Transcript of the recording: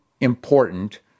important